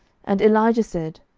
and elijah said,